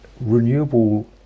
renewable